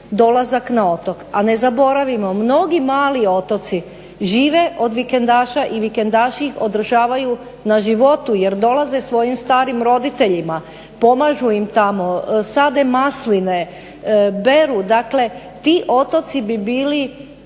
dolazak na otok. A ne zaboravimo, mnogi mali otoci žive od vikendaša i vikendaši ih održavaju na životu jer dolaze svojim starim roditeljima, pomažu im tamo, sade masline, beru. Dakle ti otoci bi bili